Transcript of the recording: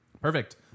Perfect